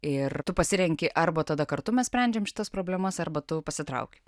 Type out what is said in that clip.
ir tu pasirenki arba tada kartu mes sprendžiam šitas problemas arba tu pasitrauki